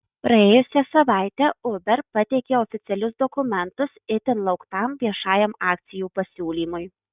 praėjusią savaitę uber pateikė oficialius dokumentus itin lauktam viešajam akcijų pasiūlymui